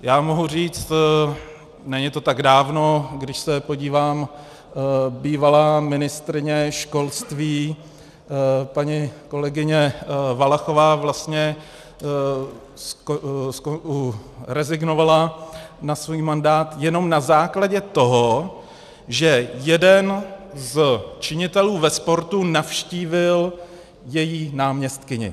Já mohu říct, není to tak dávno, když se podívám, bývalá ministryně školství paní kolegyně Valachová vlastně rezignovala na svůj mandát jenom na základě toho, že jeden z činitelů ve sportu navštívil její náměstkyni.